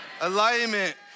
Alignment